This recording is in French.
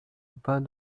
bas